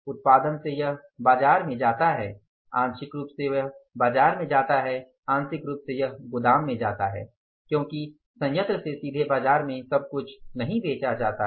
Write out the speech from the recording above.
उत्पादन से यह बाजार में जाता है आंशिक रूप से यह बाजार में जाता है आंशिक रूप से यह गोदाम में जाता है क्योंकि संयंत्र से सीधे बाजार में सब कुछ नहीं बेचा जाता है